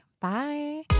bye